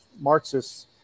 Marxists